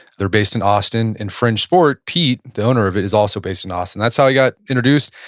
they're based in austin and fringesport, pete, the owner of it is also based on austin. that's how i got introduced,